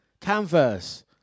canvas